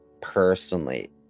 personally